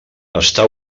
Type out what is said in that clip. està